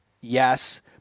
Yes